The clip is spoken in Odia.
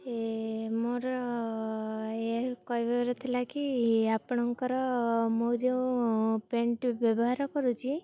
ଏ ମୋର ଏ କହିବାର ଥିଲା କି ଆପଣଙ୍କର ମୁଁ ଯେଉଁ ପେଣ୍ଟ୍ଟି ବ୍ୟବହାର କରୁଛି